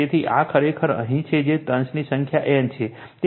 તેથી આ ખરેખર અહીં જે છે તે ટર્ન્સની સંખ્યા N છે તે I છે